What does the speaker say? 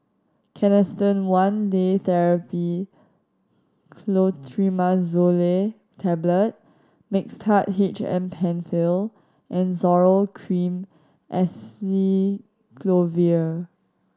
Canesten One Day Therapy Clotrimazole Tablet Mixtard H M Penfill and Zoral Cream Acyclovir